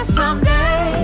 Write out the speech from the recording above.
someday